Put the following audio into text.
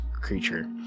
creature